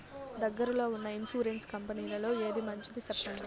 దగ్గర లో ఉన్న ఇన్సూరెన్సు కంపెనీలలో ఏది మంచిది? సెప్పండి?